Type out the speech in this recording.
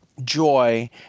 joy